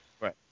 Right